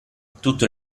tutto